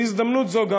בהזדמנות הזאת,